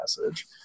message